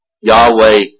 Yahweh